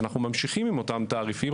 אנחנו ממשיכים עם אותם תעריפים,